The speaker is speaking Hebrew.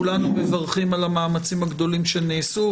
כולנו מברכים על המאמצים הגדולים שנעשו,